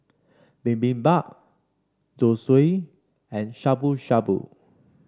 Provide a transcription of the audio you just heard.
Bibimbap Zosui and Shabu Shabu